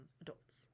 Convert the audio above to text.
adults